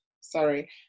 sorry